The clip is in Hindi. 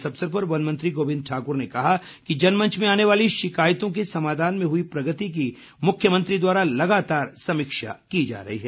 इस अवसर पर वन मंत्री गोबिंद ठाकुर ने कहा कि जनमंच में आने वाली शिकायतों के समाधान में हुई प्रगति की मुख्यमंत्री द्वारा लगातार समीक्षा की जा रही है